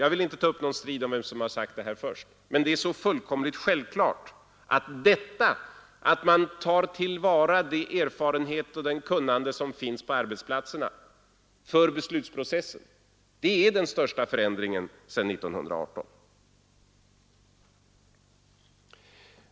Jag vill inte ta upp någon strid om vem som har sagt detta först, men det är så fullkomligt självklart att detta att man tar till vara den erfarenhet och det kunnande som finns på arbetsplatserna för beslutsprocessen, det är den största förändringen sedan 1918.